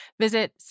Visit